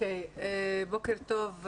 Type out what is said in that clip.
בוקר טוב,